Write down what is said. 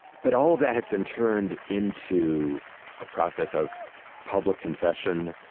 but all of that has been turned into a process of public confession,